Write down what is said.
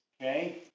Okay